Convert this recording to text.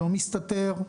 לא מסתתר,